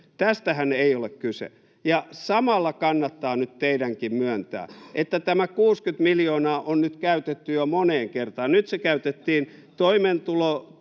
Tästähän ei ole kyse. Ja samalla kannattaa nyt teidänkin myöntää, että tämä 60 miljoonaa on nyt käytetty jo moneen kertaan. Nyt se käytettiin toimeentulotuen